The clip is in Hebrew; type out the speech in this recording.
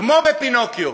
כמו פינוקיו,